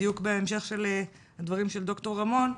בדיוק בהמשך לדברים של ד"ר רמון,